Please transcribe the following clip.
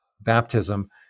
baptism